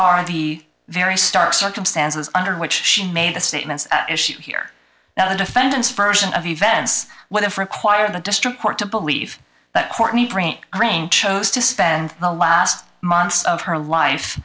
are the very stark circumstances under which she made the statements at issue here that the defendant's version of events would have required the district court to believe that courtney brain drain chose to spend the last months of her life